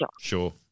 Sure